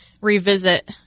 revisit